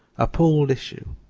a pooled issue.